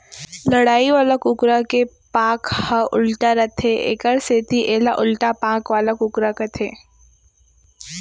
लड़ई वाला कुकरा के पांख ह उल्टा रथे एकर सेती एला उल्टा पांख वाला कुकरा कथें